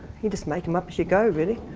you just make them up as you go really.